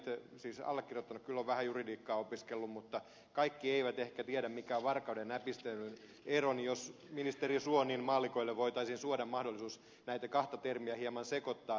siis allekirjoittanut kyllä on vähän juridiikkaa opiskellut mutta kaikki eivät ehkä tiedä mikä on varkauden ja näpistelyn ero niin jos ministeri suo niin maallikoille voitaisiin suoda mahdollisuus näitä kahta termiä hieman sekoittaa